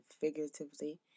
figuratively